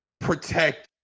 protect